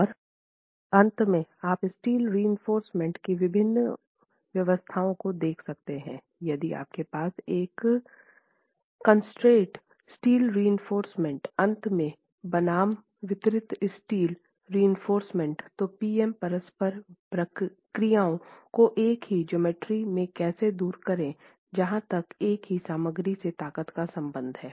और अंत में आप स्टील रिइंफोर्समेन्ट की विभिन्न व्यवस्थाओं को देख सकते हैं यदि आपके पास एक कंसंट्रेटेड स्टील रिइंफोर्समेन्ट अंत में बनाम वितरित स्टील रिइंफोर्समेन्ट तो पी एम परस्पर क्रियाओं को एक ही ज्योमेट्री में कैसे दूर करे जहाँ तक एक ही सामग्री से ताकत का संबंध है